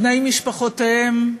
בני משפחותיהם,